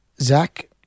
Zach